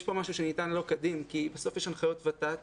אבל יש כאן משהו שניתן לא כדין כי בסוף יש הנחיות ות"ת